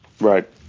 Right